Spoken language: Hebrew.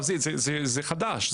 זה חדש,